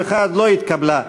לסעיף 1(3) (סעיף 32יט המוצע) לא נתקבלה.